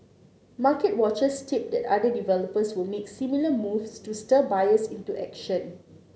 market watchers tip that other developers will make similar moves to stir buyers into action